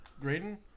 Graydon